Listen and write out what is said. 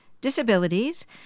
disabilities